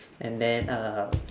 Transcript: and then um